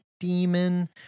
demon